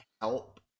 help